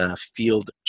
field